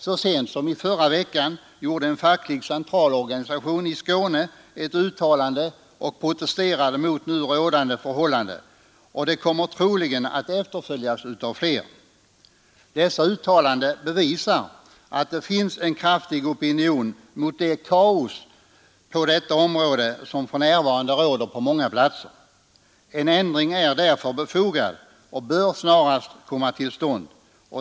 Så sent som i förra veckan gjorde en facklig centralorganisation i Skåne ett uttalande och protesterade mot nu rådande förhållanden. Det kommer troligen att efterföljas av fler. Dessa uttalanden bevisar att det finns en kraftig opinion mot det kaos som för närvarande råder på detta område. En ändring är därför befogad och bör snarast komma till stånd.